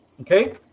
Okay